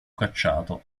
cacciato